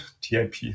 TIP